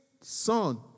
son